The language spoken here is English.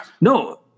No